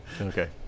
okay